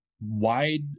wide